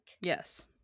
Yes